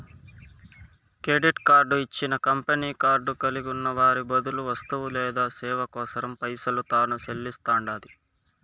credit card ఇచ్చిన company card కలిగున్న వారి బదులు వస్తువు లేదా సేవ కోసరం పైసలు తాను సెల్లిస్తండాది